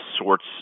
sorts